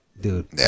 dude